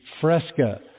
Fresca